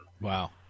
Wow